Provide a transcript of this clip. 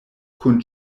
kun